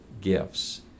gifts